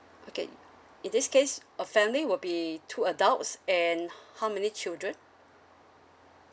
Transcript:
okay in this case a family will be two adults and h~ how many children